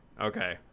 Okay